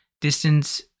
distance